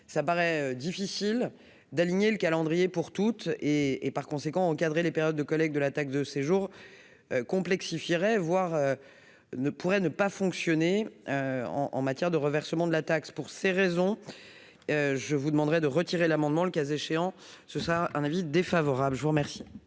ça paraît difficile d'aligner le calendrier pour toutes et et par conséquent encadrer les périodes de collecte de la taxe de séjour complexifierait voir ne pourrait ne pas fonctionner en en matière de reversement de la taxe pour ces raisons, je vous demanderai de retirer l'amendement, le cas échéant, ce sera un avis défavorable je vous remercie.